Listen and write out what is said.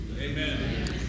Amen